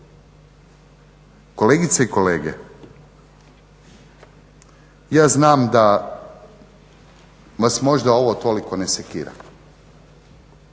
Kolegice i kolege, ja znam da vas možda ovo toliko ne sekira